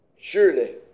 Surely